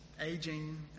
aging